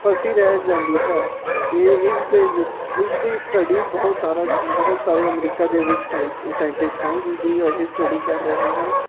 ਫਸੀ ਰਹਿ ਜਾਂਦੀ ਹੈ ਅਤੇ ਇਸ ਦੇ ਵਿ ਇਸ ਦੀ ਸਟਡੀ ਬਹੁਤ ਸਾਰਾ ਇਸ ਬਹੁਤ ਸਾਰੇ ਅਮਰੀਕਾ ਦੇ ਵਿੱਚ ਸਟੈਨ ਸਾਇੰਟਿਸਟ ਹਨ ਜਿਸਦੀ ਇਹ ਸਟਡੀ ਕਰ ਰਹੇ ਹਨ